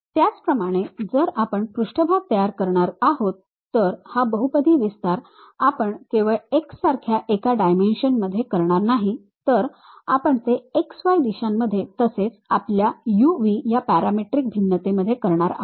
त्याचप्रमाणे जर आपण पृष्ठभाग तयार करणार आहोत तर हा बहुपदी विस्तार आपण केवळ x सारख्या एका डायमेन्शनमध्ये करणार नाही तर आपण ते x y दिशांमध्ये तसेच आपल्या u v पॅरामेट्रिक भिन्नतेमध्ये करणार आहोत